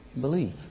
Believe